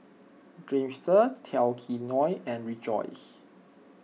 Dreamster Tao Kae Noi and Rejoice